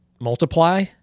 multiply